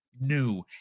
New